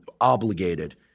obligated